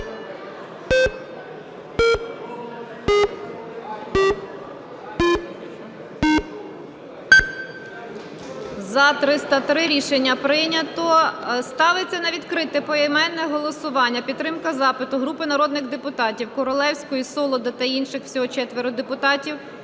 За-303 Рішення прийнято. Ставиться на відкрите поіменне голосування підтримка запиту групи народних депутатів (Королевської, Солода та інших. Всього 4 депутатів)